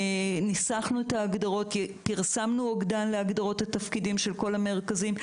ניסחנו את הגדרות כי פרסמנו אוגדן להגדרות התפקידים של כל המרכזים.